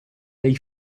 dei